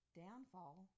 downfall